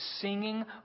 singing